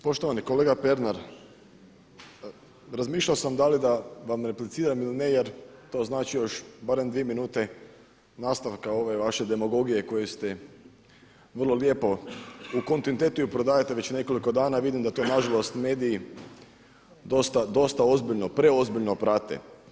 Poštovani kolega Pernar razmišljao sam da li da vam repliciram ili ne jer to znači još barem dvije minute nastavka ove vaše demagogije koju ste vrlo lijepo u kontinuitetu je prodajete već nekoliko dana i vidim da to nažalost mediji dosta ozbiljno, preozbiljno prate.